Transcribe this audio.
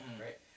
right